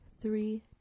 Three